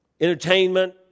Entertainment